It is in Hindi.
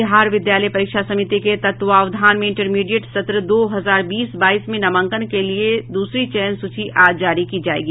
बिहार विद्यालय परीक्षा समिति के तत्वावधान में इंटरमीडिएट सत्र दो हजार बीस बाईस में नामांकन के लिए दूसरी चयन सूची आज जारी की जायेगी